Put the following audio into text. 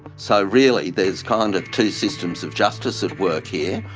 so really there's kind of two systems of justice at work here.